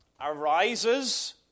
arises